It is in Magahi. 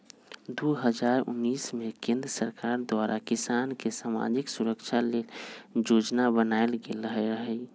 दू हज़ार उनइस में केंद्र सरकार द्वारा किसान के समाजिक सुरक्षा लेल जोजना बनाएल गेल रहई